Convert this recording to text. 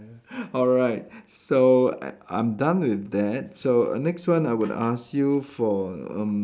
alright so I I'm done with that so next one I would ask you for erm